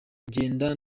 ngenda